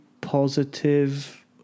positive